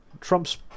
Trump's